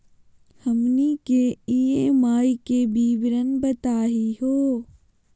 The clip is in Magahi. हमनी के ई.एम.आई के विवरण बताही हो?